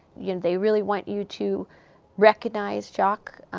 you know they really want you to recognize shock,